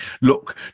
look